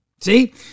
See